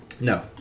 No